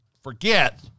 forget